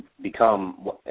become